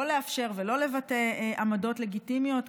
לא לאפשר ולא לבטא עמדות לגיטימיות,